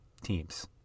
teams